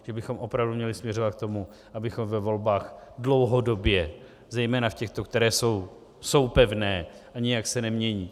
Že bychom opravdu měli směřovat k tomu, abychom ve volbách dlouhodobě, zejména v těchto, které jsou, jsou pevné a nijak se nemění.